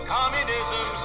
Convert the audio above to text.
Communism